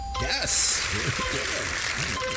Yes